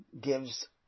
gives